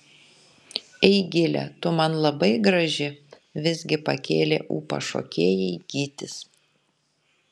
eigile tu man labai graži visgi pakėlė ūpą šokėjai gytis